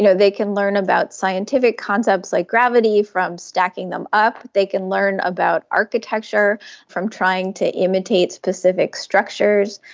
you know they can learn about scientific concepts like gravity from stacking them up, they can learn about architecture from trying to imitate specific structures,